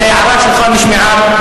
ההערה שלך נשמעה בצורה מלאה.